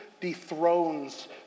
dethrones